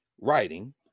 writing